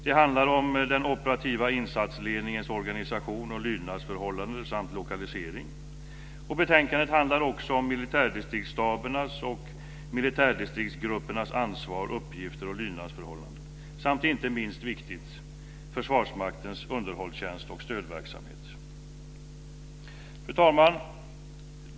Det handlar om den operativa insatsledningens organisation och lydnasförhållanden samt lokalisering. Betänkandet handlar också om militärdistriktsstabernas och militärdistriktsgruppernas ansvar, uppgifter och lydnadsförhållanden samt, inte minst viktigt, Fru talman!